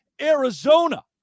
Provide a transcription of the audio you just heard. Arizona